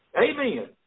Amen